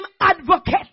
advocate